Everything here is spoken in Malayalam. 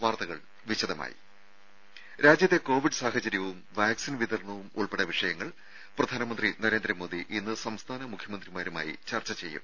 വാർത്തകൾ വിശദമായി രാജ്യത്തെ കോവിഡ് സാഹചര്യവും വാക്സിൻ വിതരണവും ഉൾപ്പെടെ വിഷയങ്ങൾ പ്രധാനമന്ത്രി നരേന്ദ്രമോദി ഇന്ന് സംസ്ഥാന മുഖ്യമന്ത്രിമാരുമായി ചർച്ച ചെയ്യും